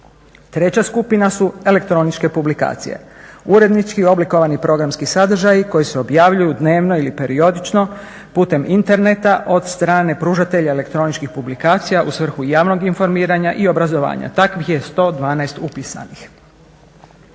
Treća skupina su elektroničke publikacije, urednički oblikovani programski sadržaji koji se objavljuju dnevno ili periodično putem interneta od strane pružatelja elektroničkih publikacija u svrhu javnog informiranja i obrazovanja. Takvih je 112 upisanih.